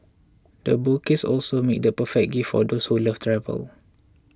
the bouquets also make the perfect gifts for those who love travel